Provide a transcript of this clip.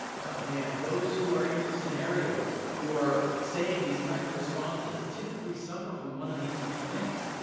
oh man, those who are in your scenario, who are saying these kinds of responses, typically suffer from one of these three things.